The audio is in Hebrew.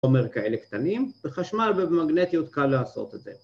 ‫חומר כאלה קטנים, ‫וחשמל ומגנטיות, קל לעשות את זה.